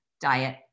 diet